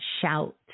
shout